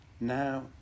Now